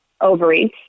ovaries